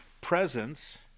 presence